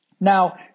Now